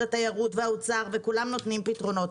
התיירות ומשרד האוצר וכולם נותנים פתרונות.